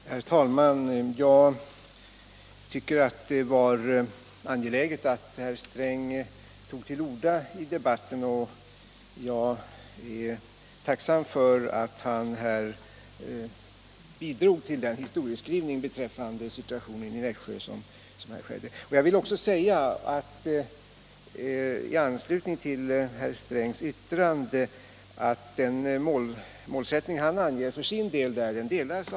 Herr talman! Jag tycker att det var angeläget att herr Sträng tog till orda i debatten, och jag är tacksam för att han bidrog till historieskrivningen när det gäller Nässjö. Den målsättning som herr Sträng för sin del anger delar jag.